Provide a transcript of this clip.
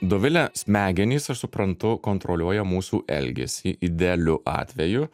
dovile smegenys aš suprantu kontroliuoja mūsų elgesį idealiu atveju